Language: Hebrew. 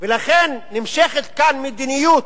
ולכן נמשכת כאן מדיניות,